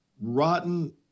rotten